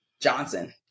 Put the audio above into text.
Johnson